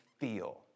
feel